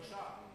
שלושה.